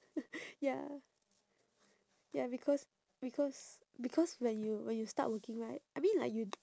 ya ya because because because when you when you start working right I mean like you